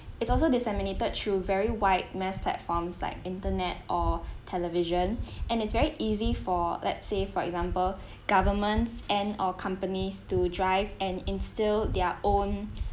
it's also disseminated through very wide mass platforms like internet or television and it's very easy for let's say for example governments and or companies to drive and instill their own